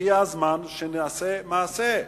הגיע הזמן שנעשה מעשה.